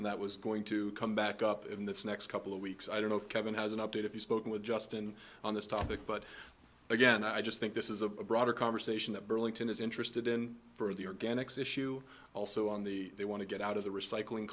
and that was going to come back up in this next couple of weeks i don't know if kevin has an update if you spoke with justin on this topic but again i just think this is a broader conversation that burlington is interested in for the organics issue also on the they want to get out of the recycling